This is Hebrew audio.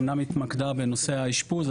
אמנם התמקדה בנושא האשפוז,